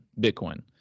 Bitcoin